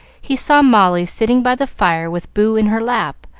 he saw molly sitting by the fire with boo in her lap,